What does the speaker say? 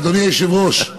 אדוני היושב-ראש,